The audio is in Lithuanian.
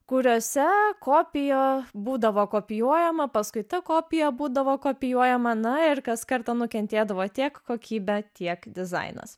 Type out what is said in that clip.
kuriose kopija būdavo kopijuojama paskui ta kopija būdavo kopijuojama na ir kas kartą nukentėdavo tiek kokybė tiek dizainas